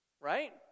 Right